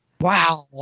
Wow